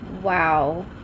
Wow